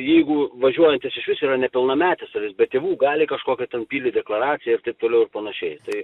jeigu važiuojantis išvis yra nepilnametis ar jis be tėvų gali kažkokią ten pildyt deklaraciją ir taip toliau ir panašiai tai